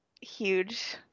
huge